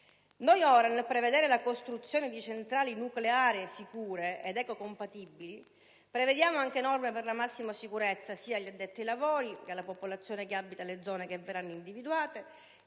Noi ora, nel prevedere la costruzione di centrali nucleari sicure ed ecocompatibili, prevediamo anche norme per la massima sicurezza sia degli addetti ai lavori, che della popolazione che abita le zone che verranno individuate,